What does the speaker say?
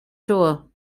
tour